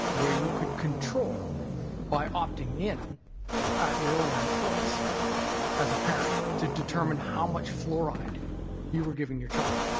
where you could control by opting in at your own choice as a much parent to determine how much fluoride you were giving your child.